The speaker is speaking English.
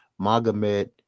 Magomed